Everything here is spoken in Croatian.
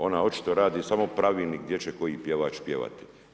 Ona očito radi samo pravilnik gdje će koji pjevač pjevati.